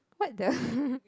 what the